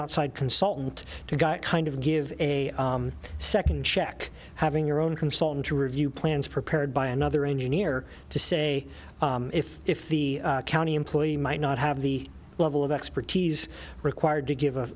outside consultant to kind of give a second check having your own consultant to review plans prepared by another engineer to say if if the county employee might not have the level of expertise required to give